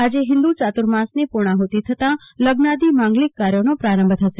આજે હિન્દુ યાતુ ર્માસીની પુર્ણાહુતિ થતા લઝ્નાદિ માંગલિક કાર્યોનો પ્રારંભ થશે